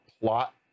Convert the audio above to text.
plot